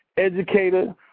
educator